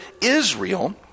Israel